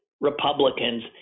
Republicans